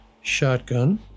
Shotgun